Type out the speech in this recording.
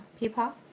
Peepaw